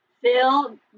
Phil